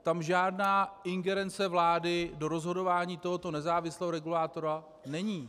Tam žádná ingerence vlády do rozhodování tohoto nezávislého regulátora není.